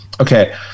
Okay